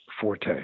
forte